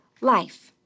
life